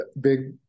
big